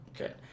Okay